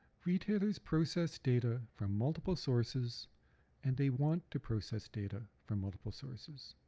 retailers process data from multiple sources and they want to process data from multiple sources.